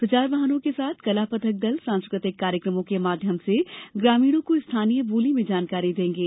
प्रचार वाहनों के साथ कला पथक दल सांस्कृतिक कार्यक्रमों के माध्यम से ग्रामीणों को स्थानीय बोली में जानकारी देंगे